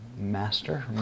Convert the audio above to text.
master